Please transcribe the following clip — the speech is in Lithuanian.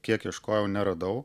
kiek ieškojau neradau